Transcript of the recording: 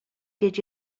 did